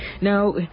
Now